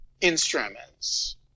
instruments